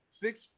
six